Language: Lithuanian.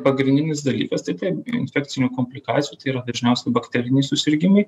pagrindinis dalykas tai taip infekcinių komplikacijų tai yra diržiniausiai bakteriniai susirgimai